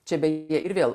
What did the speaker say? čia baigia ir vėl